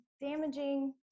damaging